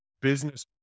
business